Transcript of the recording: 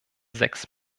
sechs